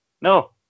no